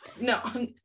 No